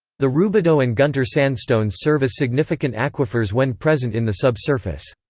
the roubidoux and gunter sandstones serve as significant aquifers when present in the subsurface.